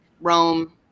Rome